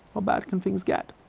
how bad can things get?